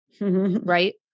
Right